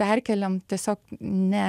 perkeliam tiesiog ne